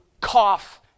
cough